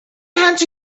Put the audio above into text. commands